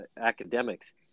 academics